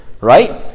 right